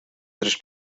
tres